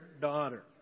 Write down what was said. daughter